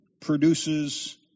produces